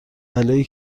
بلایی